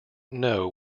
know